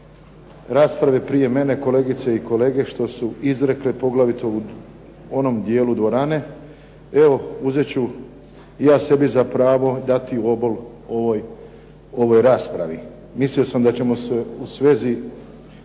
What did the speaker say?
rasprave prije mene, kolegice i kolege što su izrekle poglavito u onom dijelu dvorane, evo uzet ću i ja sebi za pravo dati obol ovoj raspravi. Mislio sam da ćemo se u svezi